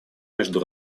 между